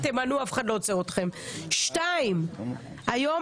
תמנו, אף אחד לא עוצר אתכם, שנית, נגיד